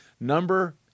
Number